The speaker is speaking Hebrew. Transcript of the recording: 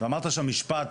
ואמרת שם משפט,